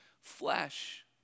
flesh